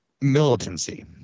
militancy